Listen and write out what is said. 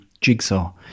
Jigsaw